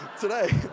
Today